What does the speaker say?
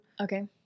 Okay